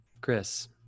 Chris